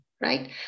right